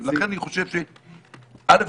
א'.